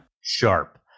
sharp